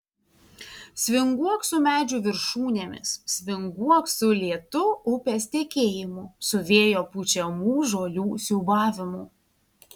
svinguok su medžių viršūnėmis svinguok su lėtu upės tekėjimu su vėjo pučiamų žolių siūbavimu